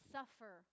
suffer